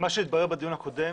התברר בדיון הקודם,